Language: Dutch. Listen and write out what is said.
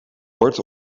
wordt